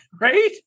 right